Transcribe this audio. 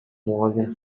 мугалим